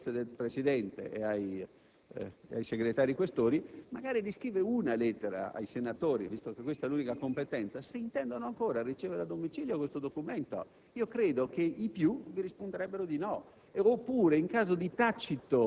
Suggerirei al Senato, nella veste del Presidente, e ai senatori Questori magari di scrivere una lettera ai senatori, visto che questa è l'unica loro competenza in tal senso, se intendano ancora ricevere a domicilio questi documenti.